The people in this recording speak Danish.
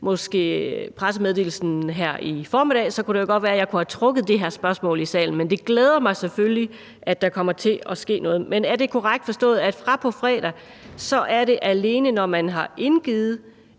læst pressemeddelelsen her i formiddag, kunne det måske godt være, at jeg kunne have trukket det her spørgsmål i salen. Men det glæder mig selvfølgelig, at der kommer til at ske noget. Men er det korrekt forstået, at fra på fredag er det alene det, at man har indgivet